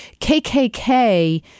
KKK